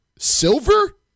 Silver